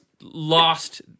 lost